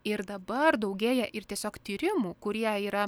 ir dabar daugėja ir tiesiog tyrimų kurie yra